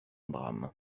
drame